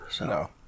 No